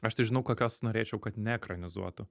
aš tai žinau kokios norėčiau kad neekranizuotų